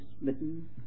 smitten